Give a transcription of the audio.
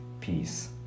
Peace